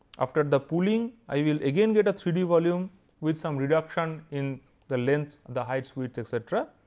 after the pooling, i will again get a three d volume with some reduction in the length, the height widths etc.